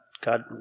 God